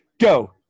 Go